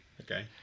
Okay